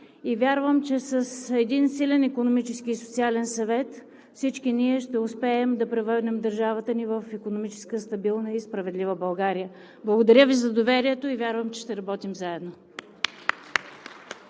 вярвам, че със силен Икономически и социален съвет всички ние ще успеем да превърнем държавата ни в икономически стабилна и справедлива България. Благодаря Ви за доверието и вярвам, че ще работим заедно.